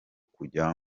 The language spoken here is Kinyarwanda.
kujya